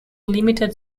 limited